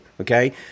Okay